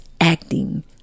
acting